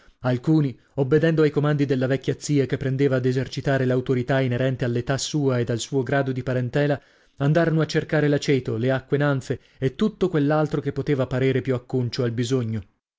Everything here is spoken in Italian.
alcuni obbedendo ai comandi della vecchia zia che prendeva ad esercitare l'autorità inerente all'età sua ed al suo grado di parentela andarono a cercare l'aceto le acque nanfe e tutto quell'altro che poteva parere più acconcio al bisogno